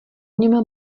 něm